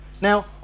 Now